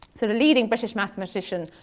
sort of leading british mathematician,